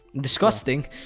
Disgusting